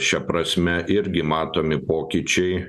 šia prasme irgi matomi pokyčiai